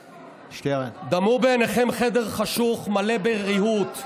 דמו בעיניכם חדר חשוך מלא בריהוט,